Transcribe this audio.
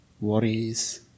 worries